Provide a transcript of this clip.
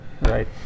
Right